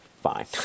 fine